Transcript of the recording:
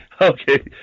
Okay